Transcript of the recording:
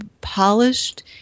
polished